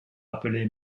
appelé